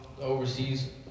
overseas